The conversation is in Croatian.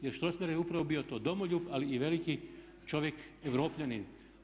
Jer Strossmayer je upravo bio to, domoljub ali i veliki čovjek europljanin.